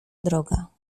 droga